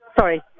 Sorry